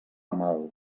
mal